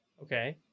Okay